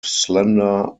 slender